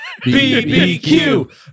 BBQ